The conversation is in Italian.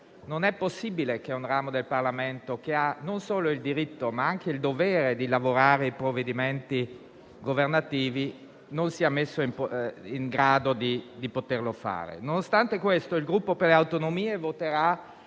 non è possibile che un ramo del Parlamento, che non solo ha il diritto ma anche il dovere di esaminare i provvedimenti governativi, non sia messo in grado di poterlo fare. Nonostante questo, il Gruppo per le autonomie voterà